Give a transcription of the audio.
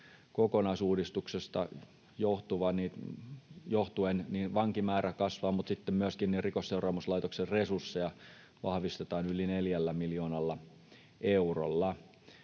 kokonaisuudistuksesta johtuen vankimäärä kasvaa, mutta myöskin Rikosseuraamuslaitoksen resursseja vahvistetaan yli 4 miljoonalla eurolla.